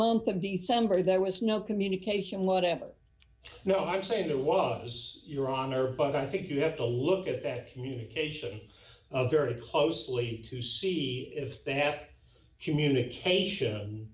month of december there was no communication whatever no i'm saying it was your honor but i think you have to look at communication a very closely to see if they have communication